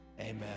amen